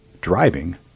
driving